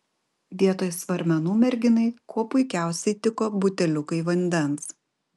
vietoj svarmenų merginai kuo puikiausiai tiko buteliukai vandens